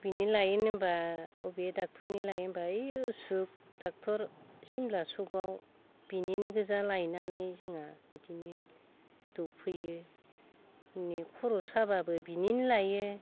अबेनि लायो होनबा अबे डाॅक्टरनि लायो होनबा ओइ असुक डाॅक्टर सिमला सकआव बिनिनो गोजा लायनानै जोंहा बिदिनो दौफैयो बिदिनो खर' साबाबो बिनिनो लायो